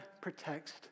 protects